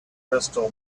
crystal